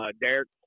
Derek